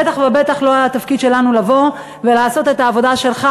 בטח ובטח לא התפקיד שלנו לבוא ולעשות את העבודה שלך,